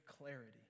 clarity